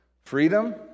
Freedom